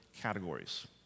categories